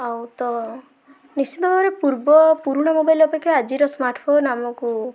ଆଉ ତ ନିଶ୍ଚିନ୍ତ ଭାବରେ ପୂର୍ବ ପୁରୁଣା ମୋବାଇଲ୍ ଅପେକ୍ଷା ଆଜିର ସ୍ମାର୍ଟଫୋନ୍ ଆମକୁ